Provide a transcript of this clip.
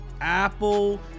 Apple